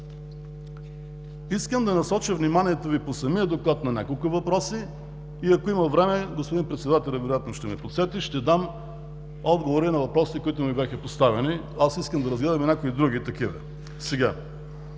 Искам да насоча вниманието Ви по няколко въпроса от самия Доклад и ако има време, господин председателят вероятно ще ни подсети, ще дам отговори на въпросите, които ми бяха поставени. Аз искам да разгледаме и някои други такива. Както